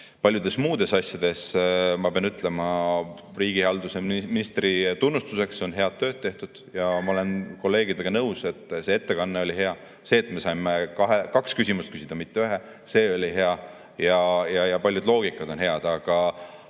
Paljudes muudes asjades, ma pean ütlema riigihalduse ministri tunnustuseks, on head tööd tehtud. Ma olen kolleegidega nõus, et see ettekanne oli hea. See, et me saime küsida kaks küsimust, mitte ühe, oli hea, ja paljud loogikad on head. Aga